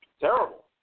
Terrible